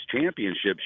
championships